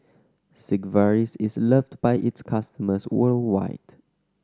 Sigvaris is loved by its customers worldwide